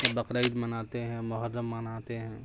بقرعید مناتے ہیں محرم مناتے ہیں